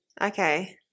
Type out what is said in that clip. Okay